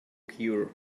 cure